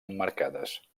emmarcades